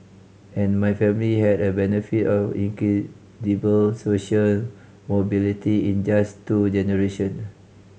and my family had a benefit of incredible social mobility in just two generation